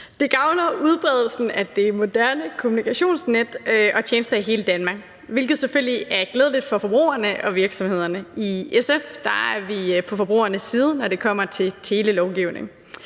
Det gavner udbredelsen af det moderne kommunikationsnet og af tjenester i hele Danmark, hvilket selvfølgelig er glædeligt for forbrugerne og virksomhederne. I SF er vi på forbrugernes side, når det kommer til telelovgivning.